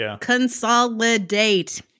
Consolidate